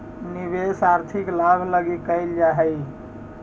निवेश आर्थिक लाभ लगी कैल जा हई